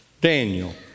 Daniel